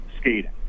skating